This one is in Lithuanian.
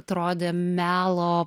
atrodė melo